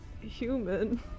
human